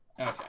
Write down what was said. Okay